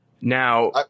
Now